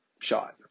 shot